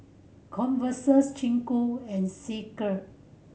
Converse Ku and